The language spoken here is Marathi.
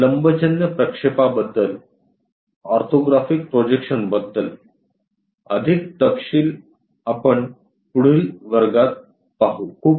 या लंबजन्य प्रक्षेपाबद्दल ऑर्थोग्राफिक प्रोजेक्शन विषयी अधिक तपशील आपण पुढील वर्गात पाहू